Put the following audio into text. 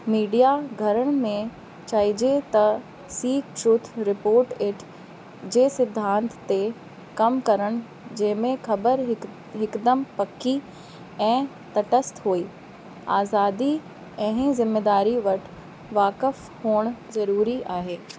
media घरनि में चइजे त सीक ट्रुथ रिपोर्ट इट जे सिद्धांत ते कमु करण जंहिंमें ख़बर हिक हिकदमि पक्की ऐं तटस्थ हुई आज़ादी ऐं ज़िमेदारी वटि वाक़फ़ हुअण ज़रूरी आहे